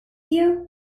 you